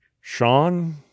Sean